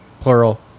Plural